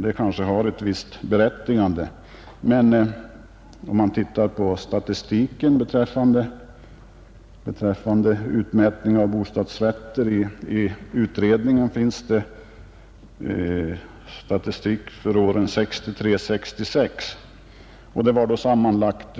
Den invändningen kan ha ett visst berättigande, men i utredningen finns det statistik beträffande utmätning av bostadsrätter under åren 1963—1966. Det var då sammanlagt